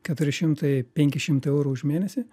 keturi šimtai penki šimtai eurų už mėnesį